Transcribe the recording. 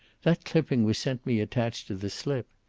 that clipping was sent me attached to the slip.